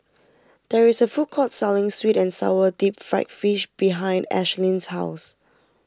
there is a food court selling Sweet and Sour Deep Fried Fish behind Ashlynn's house